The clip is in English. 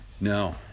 No